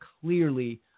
clearly